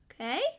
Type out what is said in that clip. okay